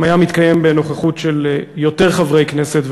היה מתקיים בנוכחות יותר חברי כנסת,